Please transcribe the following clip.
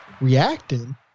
reacting